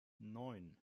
neun